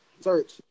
search